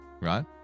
right